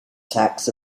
tax